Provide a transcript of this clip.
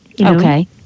Okay